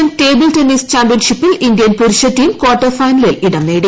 Asian table tennis ചാമ്പ്യൻഷിപ്പിൽ Indian പുരുഷ team quarter ഫൈനലിൽ ഇടം നേടി